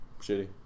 shitty